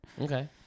Okay